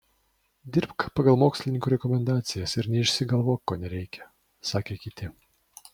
dirbk pagal mokslininkų rekomendacijas ir neišsigalvok ko nereikia sakė kiti